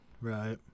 right